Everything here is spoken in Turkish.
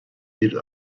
bir